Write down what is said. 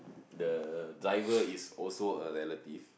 the driver is also a relative